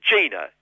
Gina